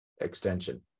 extension